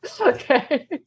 Okay